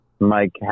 Mike